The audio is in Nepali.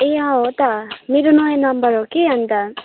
ए अँ हो त मेरो नयाँ नम्बर हो कि अन्त